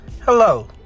Hello